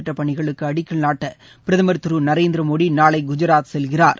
திட்டப்பணிகளுக்கு அடிக்கல் நாட்ட பிரதம் திரு நரேந்திரமோடி நாளை குஜராத் செல்கிறாா்